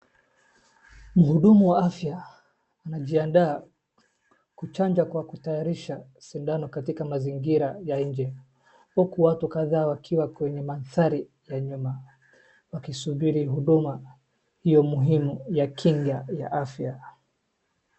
Mhudumu wa afya anajiandaa kuchanja kwa kutayarisha sindano katika mazingira ya nje huku watu kadhaa wakiwa kwenye mandhari ya nyuma wakisubiri huduma hiyo muhimu ya kinga ya afya.